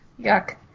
yuck